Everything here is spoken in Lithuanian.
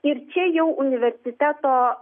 ir čia jau universiteto